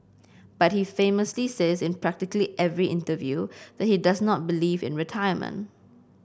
but he famously says in practically every interview that he does not believe in retirement